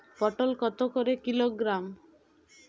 পটল কত করে কিলোগ্রাম?